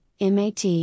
MAT